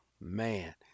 man